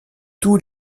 tous